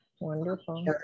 wonderful